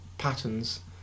patterns